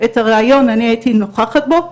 אני הייתי נוכחת בריאיון,